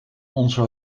onze